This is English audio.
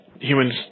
humans